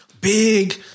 big